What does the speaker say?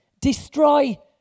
destroy